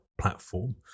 platform